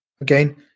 again